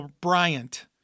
Bryant